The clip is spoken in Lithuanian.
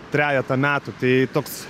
trejetą metų tai toks